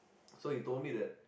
so he told me that